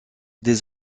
des